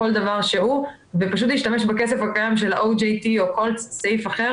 כל דבר שהוא ופשוט להשתמש בכסף הקיים של ה-OJT או כל סעיף אחר